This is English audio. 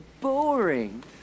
boring